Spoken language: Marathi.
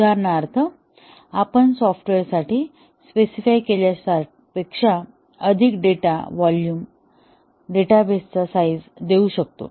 उदाहरणार्थ आपण सॉफ्टवेअरसाठी स्पेसिफाय केल्यापेक्षा अधिक डेटा व्हॉल्यूम डेटाबेसचा साईझ देऊ शकतो